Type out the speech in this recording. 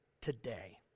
today